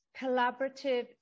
collaborative